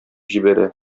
җибәрә